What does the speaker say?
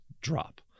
drop